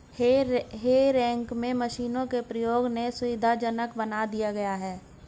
हे रेक में मशीनों के प्रयोग ने सुविधाजनक बना दिया है